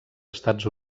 estats